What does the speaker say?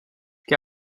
que